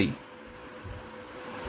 Energy storedlength0a082a4r2